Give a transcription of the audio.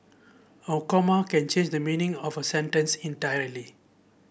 a comma can change the meaning of a sentence entirely